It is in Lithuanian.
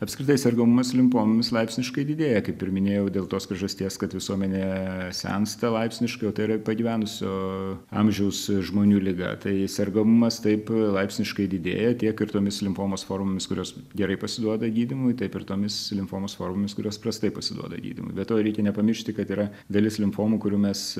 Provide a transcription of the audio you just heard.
apskritai sergamumas limfomomis laipsniškai didėja kaip ir minėjau dėl tos priežasties kad visuomenė sensta laipsniškai o tai yra pagyvenusio amžiaus žmonių liga tai sergamumas taip laipsniškai didėja tiek ir tomis limfomos formomis kurios gerai pasiduoda gydymui taip ir tomis limfomos formomis kurios prastai pasiduoda gydymui be to reikia nepamiršti kad yra dalis limfomų kurių mes